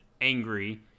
angry